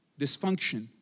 dysfunction